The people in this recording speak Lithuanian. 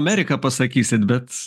amerika pasakysit bet